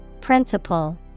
Principle